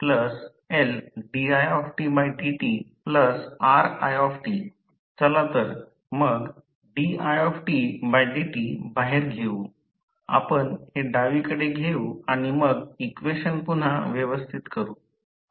चला तर मग ditdt बाहेर घेऊ आपण हे डावीकडे घेऊ आणि मग इक्वेशन पुन्हा व्यवस्थित करू